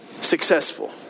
successful